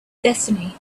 destiny